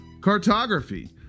cartography